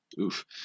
Oof